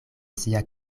sia